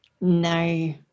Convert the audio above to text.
No